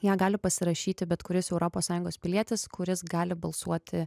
ją gali pasirašyti bet kuris europos sąjungos pilietis kuris gali balsuoti